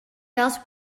tals